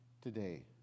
today